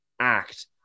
act